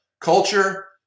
culture